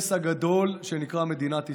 לנס הגדול שנקרא מדינת ישראל.